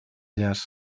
jazz